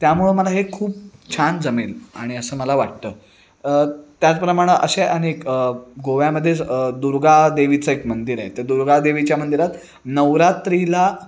त्यामुळं मला हे खूप छान जमेल आणि असं मला वाटतं त्याचप्रमाणं अशे अनेक गोव्यामध्येच दुर्गादेवीचं एक मंदिर आहे तर दुर्गादेवीच्या मंदिरात नवरात्रीला